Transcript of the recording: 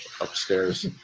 upstairs